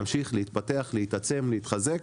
להמשיך להתפתח, להתעצם ולהתחזק.